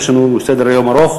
יש לנו סדר-יום ארוך,